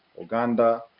Uganda